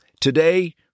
Today